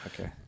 Okay